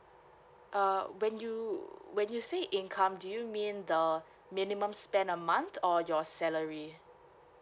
err when you when you say income do you mean the minimum spend a month or your salary